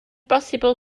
bosibl